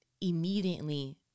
immediately